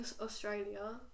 Australia